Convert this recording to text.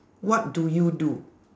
what do you do